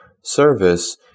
service